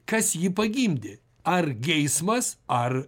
kas jį pagimdė ar geismas ar